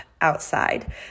outside